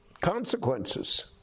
consequences